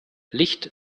licht